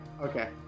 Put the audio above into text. Okay